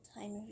time